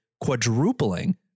quadrupling